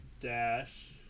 Dash